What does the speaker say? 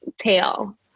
tail